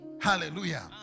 hallelujah